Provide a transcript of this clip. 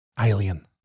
Alien